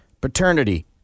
paternity